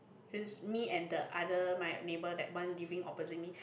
which is me and the other my neighbour that one living opposite me